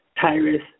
Tyrus